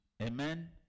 Amen